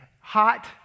Hot